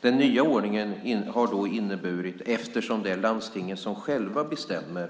Den nya ordningen har inneburit, eftersom det är landstingen själva som bestämmer